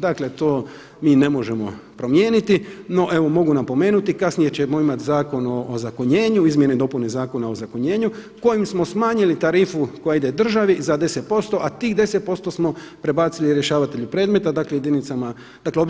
Dakle to mi ne možemo promijeniti no evo mogu napomenuti, kasnije ćemo imati zakon o ozakonjenju, o izmjeni i dopuni Zakona o ozakonjenju kojim smo smanjili tarifu koja ide državi za 10% a tih 10% smo prebacili rješavatelju predmeta, dakle jedinicama, dakle